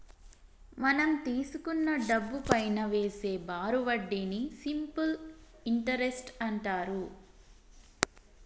మనం తీసుకున్న డబ్బుపైనా వేసే బారు వడ్డీని సింపుల్ ఇంటరెస్ట్ అంటారు